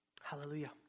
Hallelujah